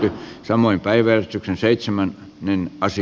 tai saman päivän seitsemän pasi